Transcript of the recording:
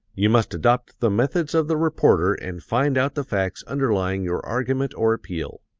you must adopt the methods of the reporter and find out the facts underlying your argument or appeal.